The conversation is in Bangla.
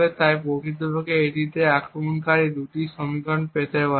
তাই প্রকৃতপক্ষে এটি দিয়ে আক্রমণকারী 2টি সমীকরণ পেতে পারে